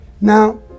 Now